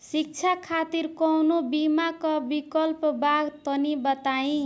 शिक्षा खातिर कौनो बीमा क विक्लप बा तनि बताई?